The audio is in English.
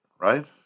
Right